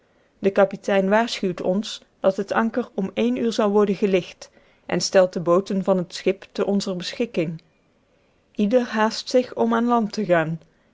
de kapitein waarschuwt ons dat het anker om één uur zal worden gelicht en stelt de booten van het schip te onzer beschikking ieder haast zich om aan land te gaan